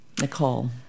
Nicole